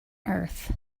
earth